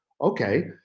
Okay